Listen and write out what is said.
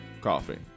coffee